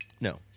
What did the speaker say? no